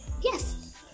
Yes